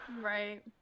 Right